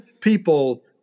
people